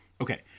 Okay